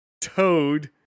Toad